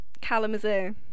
Kalamazoo